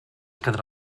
quedarà